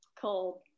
cold